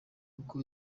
uko